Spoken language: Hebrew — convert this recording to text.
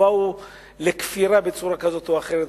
באו לכפירה בצורה כזאת או אחרת,